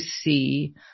see